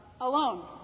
alone